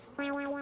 really